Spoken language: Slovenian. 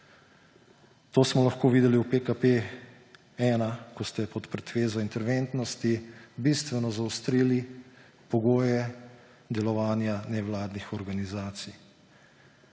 To smo lahko videli v PKP1, ko ste pod pretvezo interventnosti bistveno zaostrili pogoje delovanja nevladnih organizacij.